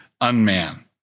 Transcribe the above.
unman